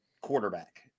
quarterback